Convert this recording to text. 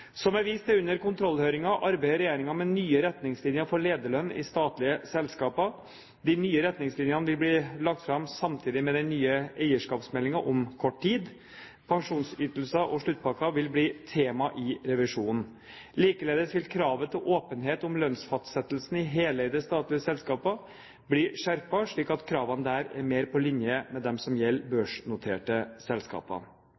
Som jeg viste til under kontrollhøringen, arbeider regjeringen med nye retningslinjer for lederlønn i statlige selskaper. De nye retningslinjene vil bli lagt fram samtidig med den nye eierskapsmeldingen om kort tid. Pensjonsytelser og sluttpakker vil bli tema i revisjonen. Likeledes vil kravet til åpenhet om lønnsfastsettelsen i heleide statlige selskaper bli skjerpet, slik at kravene der er mer på linje med dem som gjelder